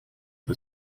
the